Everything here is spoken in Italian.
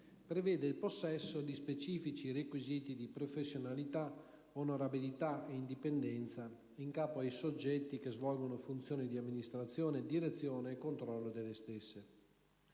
prevede il possesso di specifici requisiti di professionalità, onorabilità e indipendenza in capo ai soggetti che svolgono funzioni di amministrazione, direzione e controllo delle stesse.